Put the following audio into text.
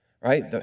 right